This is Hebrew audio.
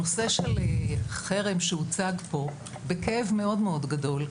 הנושא של חרם שהוצג פה בכאב מאוד גדול,